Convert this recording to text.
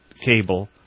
cable